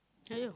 !aiyo!